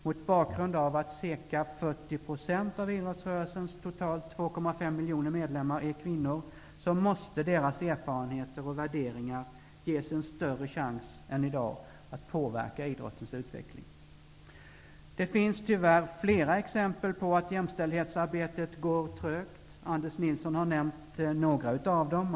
Mot bakgrund av att cirka 40 procent av idrottsrörelsens totalt 2,5 miljoner medlemmar är kvinnor måste deras erfarenheter och värderingar ges en större chans än i dag att påverka idrottens utveckling. Det finns tyvärr flera exempel på att jämställdhetsarbetet går trögt. Anders Nilsson har nämnt några av dem.